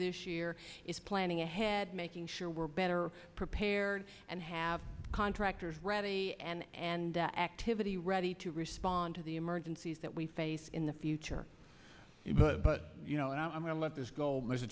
this year is planning ahead making sure we're better prepared and have contractors ready and activity ready to respond to the emergencies that we face in the future but you know i'm going to let this go there's a